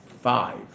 five